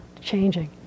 changing